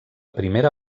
primera